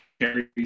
carries